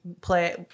play